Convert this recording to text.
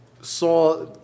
saw